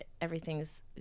everything's